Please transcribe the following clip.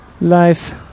Life